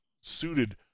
suited